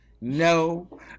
No